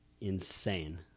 insane